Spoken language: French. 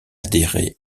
adhéré